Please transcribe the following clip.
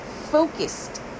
focused